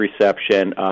reception